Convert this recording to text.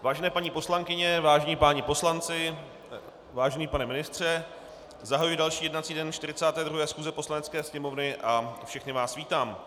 Vážené paní poslankyně, vážení páni poslanci, vážený pane ministře, zahajuji další jednací den 42. schůze Poslanecké sněmovny a všechny vás vítám.